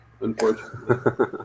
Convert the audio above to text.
unfortunately